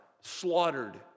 slaughtered